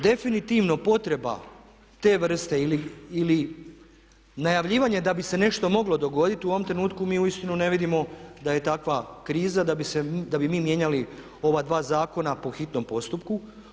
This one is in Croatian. Definitivno potreba te vrste ili najavljivanje da bi se nešto moglo dogoditi u ovom trenutku mi uistinu ne vidimo da je takva kriza da bi mi mijenjali ova dva zakona po hitnom postupku.